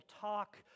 talk